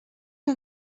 que